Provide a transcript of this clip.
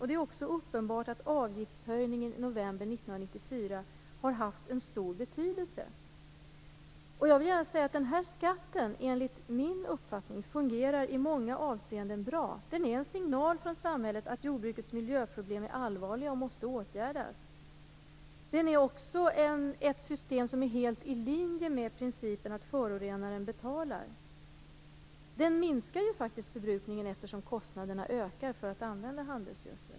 Det är också uppenbart att avgiftshöjningen i november 1994 har haft en stor betydelse. Jag vill gärna säga att den här skatten, enligt min uppfattning, fungerar i många avseenden bra. Den är en signal från samhället att jordbrukets miljöproblem är allvarliga och måste åtgärdas. Den är också ett system som är helt i linje med principen att förorenaren betalar. Den minskar förbrukningen, eftersom kostnaderna ökar för att använda handelsgödsel.